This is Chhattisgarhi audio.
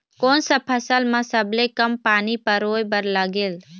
कोन सा फसल मा सबले कम पानी परोए बर लगेल?